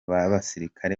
n’abasirikare